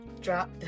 Drop